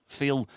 feel